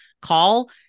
call